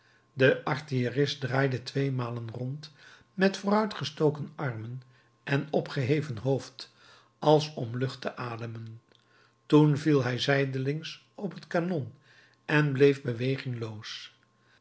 de artillerist draaide tweemalen rond met vooruit gestoken armen en opgeheven hoofd als om lucht te ademen toen viel hij zijdelings op het kanon en bleef